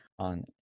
on